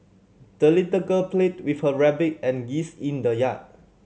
the little girl played with her rabbit and geese in the yard